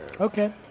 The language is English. okay